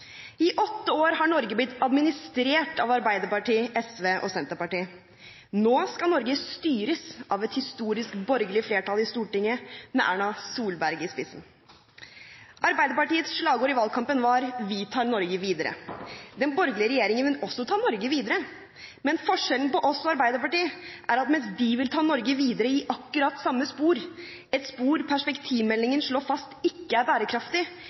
I åtte år har Norge blitt administrert av Arbeiderpartiet, SV og Senterpartiet. Nå skal Norge styres av et historisk borgerlig flertall i Stortinget med Erna Solberg i spissen. Arbeiderpartiets slagord i valgkampen var: Vi tar Norge videre. Den borgerlige regjeringen vil også ta Norge videre, men forskjellen på oss og Arbeiderpartiet er at mens de vil ta Norge videre i akkurat samme spor, et spor perspektivmeldingen slår fast ikke er bærekraftig,